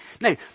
Now